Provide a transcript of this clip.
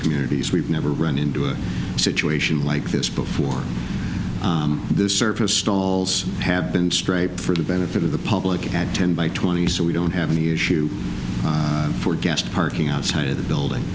communities we've never run into a situation like this before this surface stalls have been straight for the benefit of the public at ten by twenty so we don't have any issue for gas parking outside of the building